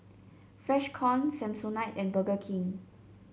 Freshkon Samsonite and Burger King